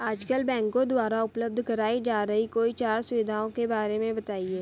आजकल बैंकों द्वारा उपलब्ध कराई जा रही कोई चार सुविधाओं के बारे में बताइए?